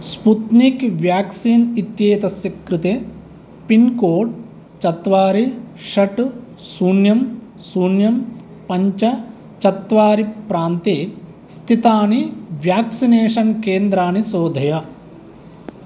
Sputnik vaccine इत्येतस्य कृते pincode चत्वारि षट् शून्यं शून्यं पञ्च चत्वारि प्रान्ते स्थितानि व्याक्सिनेशन् केन्द्राणि शोधय